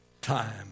time